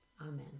Amen